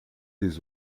des